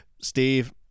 Steve